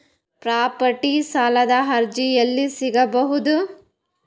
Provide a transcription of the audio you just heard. Property ಸಾಲದ ಅರ್ಜಿ ಎಲ್ಲಿ ಸಿಗಬಹುದು?